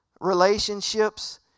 relationships